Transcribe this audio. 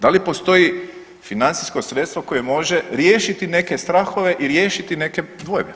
Da li postoji financijsko sredstvo koje može riješiti neke strahove i riješiti neke dvojbe?